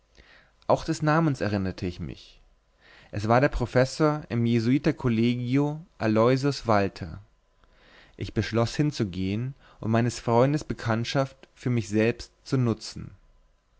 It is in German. auch des namens erinnerte ich mich es war der professor im jesuiter kollegio aloysius walther ich beschloß hinzugehen und meines freundes bekanntschaft für mich selbst zu nutzen